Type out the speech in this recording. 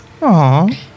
Aww